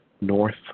north